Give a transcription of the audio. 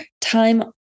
time